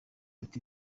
ati